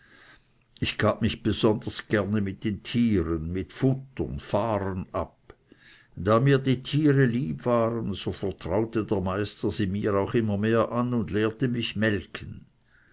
ich gab mich besonders gerne mit den tieren mit futtern fahren ab da mir die tiere lieb waren so vertraute der meister sie mir auch immer mehr an und lehrte mich melken